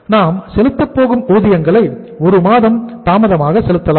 நாம் செலுத்தப் போகும் ஊதியங்களை 1 மாதம் தாமதமாக செலுத்தலாம்